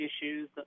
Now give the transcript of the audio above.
issues